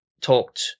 talked